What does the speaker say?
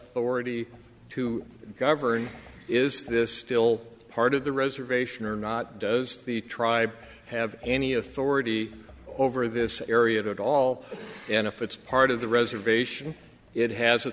ty to govern is this still part of the reservation or not does the tribe have any authority over this area at all and if it's part of the reservation it has a